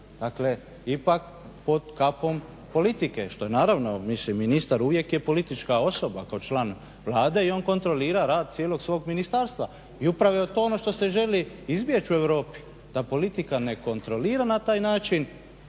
Dakle, ipak pod kapom politike što je naravno, mislim ministar uvijek je politička osoba kao član Vlade i on kontrolira rad cijelog svog ministarstva. I upravo je to ono što se želi izbjeć u Europi, da politika ne kontrolira na taj način